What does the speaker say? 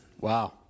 Wow